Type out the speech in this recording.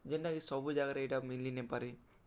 ଯେନ୍ଟାକି ସବୁ ଯାଗାରେ ଇ'ଟା ମିଲି ନାଇପାରେ